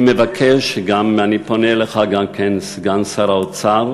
אני מבקש, אני פונה אליך גם כן, סגן שר האוצר,